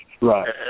Right